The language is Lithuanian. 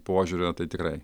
požiūrio tai tikrai